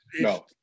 no